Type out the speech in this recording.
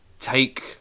take